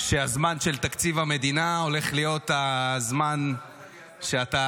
שהזמן של תקציב המדינה הולך להיות הזמן שאתה